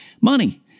money